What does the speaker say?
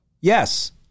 Yes